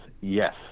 yes